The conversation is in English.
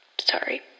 Sorry